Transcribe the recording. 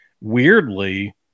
weirdly –